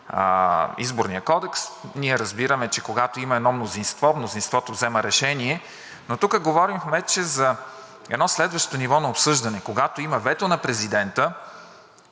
Изборния кодекс – ние разбираме, че когато има едно мнозинство, то взема решение, но тук говорим вече за едно следващо ниво на обсъждане – когато има вето на президента,